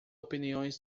opiniões